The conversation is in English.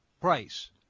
price